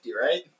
right